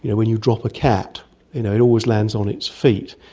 yeah when you drop a cat you know it always lands on its feet,